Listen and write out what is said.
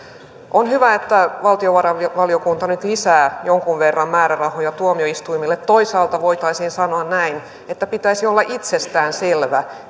on hyvä että valtiovarainvaliokunta nyt lisää jonkun verran määrärahoja tuomioistuimille toisaalta voitaisiin sanoa näin että pitäisi olla itsestään selvää